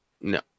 No